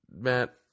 Matt